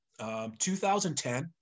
2010